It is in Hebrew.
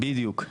בדיוק.